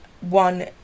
one